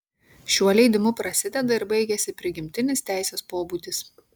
šiuo leidimu prasideda ir baigiasi prigimtinis teisės pobūdis